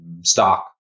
stock